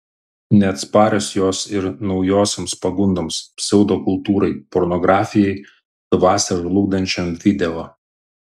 neatsparios jos ir naujosioms pagundoms pseudokultūrai pornografijai dvasią žlugdančiam video